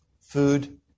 food